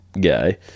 guy